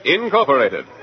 Incorporated